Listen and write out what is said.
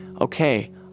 okay